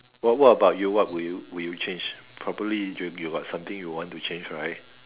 what what about you what would you would you change probably you got something you want to change right